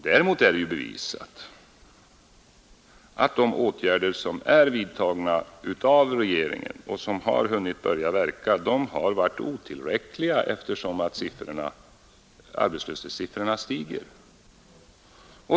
Däremot är det bevisat att de åtgärder som är vidtagna av regeringen, och som har hunnit börja verka, har varit otillräckliga, eftersom arbetslöshetssiffrorna stiger.